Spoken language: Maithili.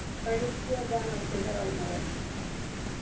पहिलुके बनल छै झड़ल मरल